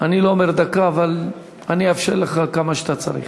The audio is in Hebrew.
אני לא אומר דקה, אבל אני אאפשר לך כמה שאתה צריך.